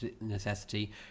necessity